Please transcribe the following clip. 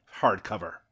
hardcover